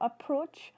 approach